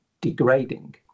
degrading